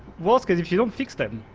worst case, if you don't fix them,